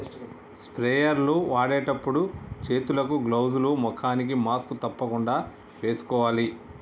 sprayer లు వాడేటప్పుడు చేతులకు గ్లౌజ్ లు, ముఖానికి మాస్క్ తప్పకుండా వేసుకోవాలి